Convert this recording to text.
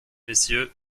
messieurs